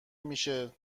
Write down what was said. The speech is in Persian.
میشه